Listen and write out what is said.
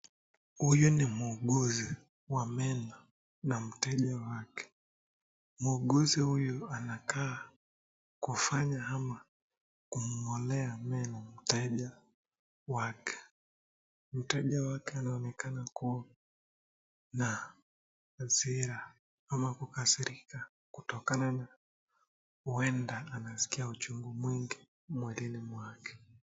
Huyu ni muuguzi wa meno, na mteja wake. Muuguzi huyu anakaa kufanya ama kuonea meno mteja wake. Mteja wake anaonekana kuwa hasira ama kukasirika kutokana na huenda anaskia uchungu mwingi mwilini mwake.